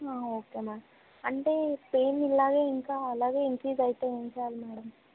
ఒకే madam అంటే pain ఇలాగే ఇంకా అలాగే ఇంక్రీజ్ ఐతే ఏంచేయాలి మ్యాడం